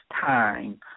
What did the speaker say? time